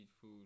food